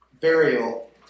Burial